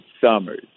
summers